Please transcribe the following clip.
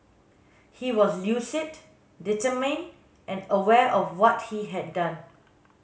he was lucid determined and aware of what he had done